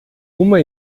uma